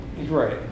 Right